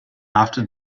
after